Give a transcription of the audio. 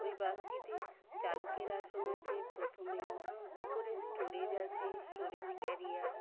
ওই বাসটিতে চালকের আসন আছে প্রথমেই উপরে স্টোরেজ আছে স্টোরেজ ক্যারিয়ার